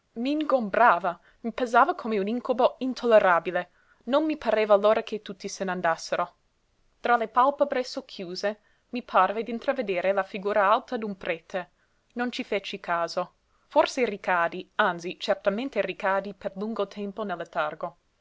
neri m'ingombrava mi pesava come un incubo intollerabile non mi pareva l'ora che tutti se n'andassero tra le pàlpebre socchiuse mi parve d'intravedere la figura alta d'un prete non ci feci caso forse ricaddi anzi certamente ricaddi per lungo tempo nel letargo